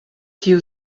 tiu